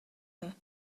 here